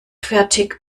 fertig